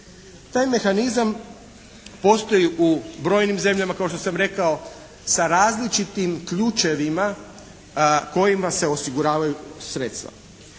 Taj mehanizam postoji u brojnim zemljama kao što sam rekao sa različitim ključevima kojima se osiguravaju sredstva.